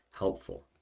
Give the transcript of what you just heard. helpful